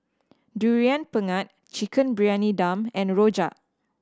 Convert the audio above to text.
Durian Pengat Chicken Briyani Dum and rojak